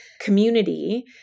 community